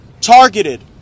targeted